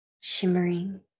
shimmering